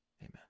Amen